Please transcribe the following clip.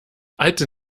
alte